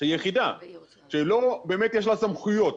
שלא באמת יש ליחידה סמכויות.